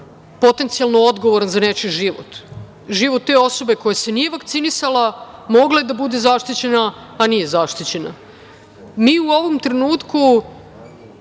potencijalno odgovoran za nečiji život, život te osobe koja se nije vakcinisala. Mogla je da bude zaštićena, a nije zaštićena. Mi u ovom trenutku